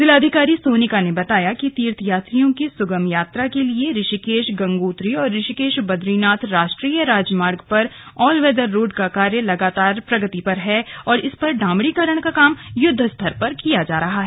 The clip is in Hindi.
जिलाधिकारी सोनिक ने बताया कि तीर्थयात्रियों की सुगम यात्रा के लिए ऋषिकेश गंगोत्री और ऋषिकेश बद्रीनाथ राष्ट्रीय राजमार्ग पर ऑल वेदर रोड का कार्य लगातार प्रगति पर है और इस पर डामरीकरण का काम युद्ध स्तर पर किया जा रहा है